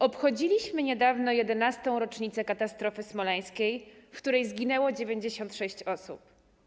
Obchodziliśmy niedawno 11. rocznicę katastrofy smoleńskiej, w której zginęło 96 osób.